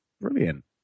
brilliant